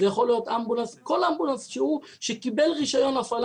זה יכול להיות כל אמבולנס שהוא שקיבל רישיון הפעלה